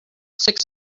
six